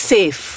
Safe